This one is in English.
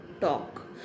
talk